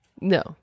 no